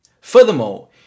Furthermore